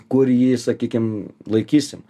kur jį sakykim laikysim